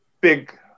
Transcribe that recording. big